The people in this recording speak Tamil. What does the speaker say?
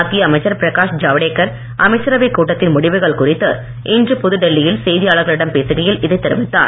மத்திய அமைச்சர் பிரகாஷ் ஜவடேக்கர் அமைச்சரவை கூட்டத்தின் முடிவுகள் குறித்து இன்று புதுடெல்லியில் செய்தியாளர்களிடம் பேசுகையில் இதை தெரிவித்தார்